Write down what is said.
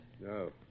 No